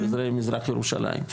וזה ירושלים.